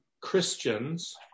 Christians